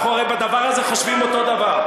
אנחנו הרי בדבר הזה חושבים אותו דבר.